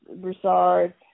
Broussard